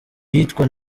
yitwa